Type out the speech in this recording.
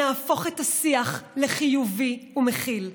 נהפוך את השיח לחיובי ומכיל,